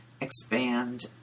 expand